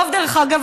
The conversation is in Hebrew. ודרך אגב,